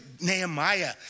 Nehemiah